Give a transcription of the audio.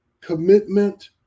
commitment